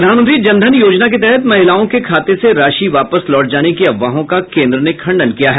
प्रधानमंत्री जन धन योजना के तहत महिलाओं के खाते से राशि वापस लौट जाने की अफवाहों का केन्द्र ने खंडन किया है